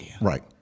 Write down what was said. right